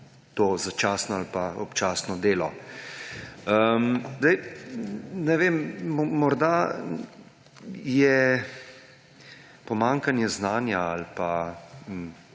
začasno ali občasno delo. Ne vem, morda je pomanjkanje znanja ali